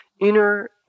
inner